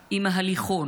עם ההליכון,